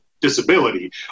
disability